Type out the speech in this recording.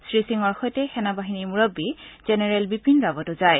শ্ৰীসিঙৰ সৈতে সেনা বাহিনীৰ মূৰববী জেনেৰেল বিপিন ৰাৱাতো যায়